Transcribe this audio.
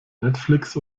netflix